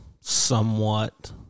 somewhat